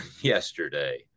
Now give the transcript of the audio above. yesterday